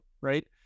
Right